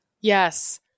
Yes